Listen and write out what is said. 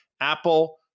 Apple